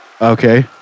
Okay